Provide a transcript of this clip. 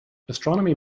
astronomy